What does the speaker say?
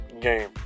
game